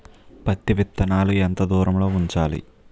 పత్తి విత్తనాలు ఎంత దూరంలో ఉంచాలి?